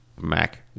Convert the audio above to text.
Mac